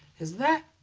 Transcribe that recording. is that,